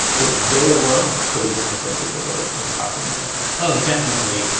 that they alone could have been the subject of a of a documentary oh, definitely.